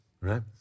right